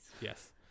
yes